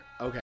Okay